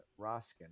Roskin